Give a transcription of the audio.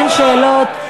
אין שאלות.